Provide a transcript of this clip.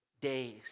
days